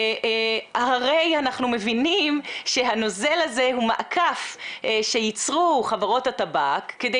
אנחנו הרי מבינים שהנוזל הזה הוא מעקף שייצרו חברות הטבק כדי